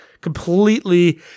completely